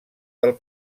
del